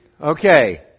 okay